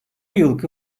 yılki